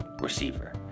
receiver